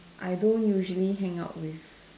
I don't usually hang out with